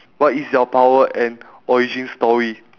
what is your power and origin story